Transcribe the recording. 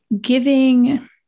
giving